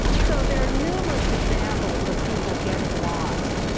so there are numerous examples of people getting lost.